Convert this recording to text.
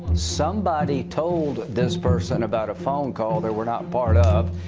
somebody told this person about a phone call they were not part of.